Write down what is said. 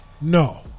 No